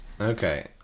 okay